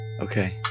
Okay